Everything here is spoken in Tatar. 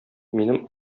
минем